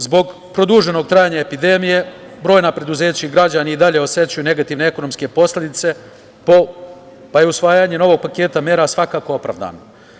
Zbog produženog trajanja epidemije, brojna preduzeća i građani i dalje osećaju negativne efekte posledice po, pa i usvajanje novog paketa mera svakako opravdano.